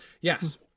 Yes